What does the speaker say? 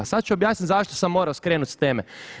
A sada ću objasniti zašto sam morao skrenuti sa teme?